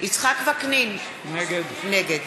יצחק וקנין, נגד